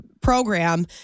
program